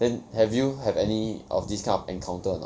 then have you have any this kind of encounter anot